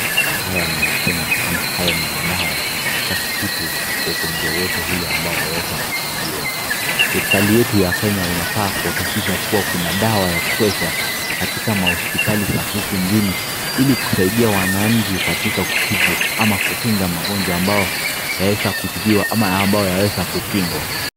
Haya ni matembe ama haya ni madawa za kutibu ugonjwa wowote ule ambao waweza kutibiwa. Serikali yetu ya Kenya unafaa kuhakikisha kuwa kuna dawa ya kutosha katika mahospitali za huku nchini, ili kusaidia wananchi katika kutibu ama kukinga magonjwa ambao yaweza kutibiwa ama ambao yaweza kukingwa.